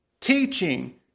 teaching